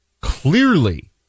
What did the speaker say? clearly